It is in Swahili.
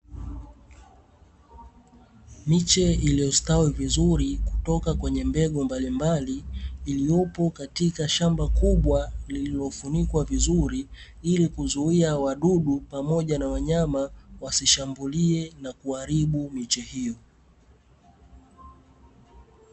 Miche iliyostawi vizuri kutoka kwenye mbegu mbalimbali, iliyopo kwenye shamba kubwa lililofunikwa vizuri ili kuzuia wadudu pamoja na wanyama wasishambulie na kuharibu miche hiyo.